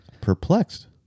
perplexed